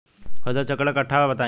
फसल चक्रण कट्ठा बा बताई?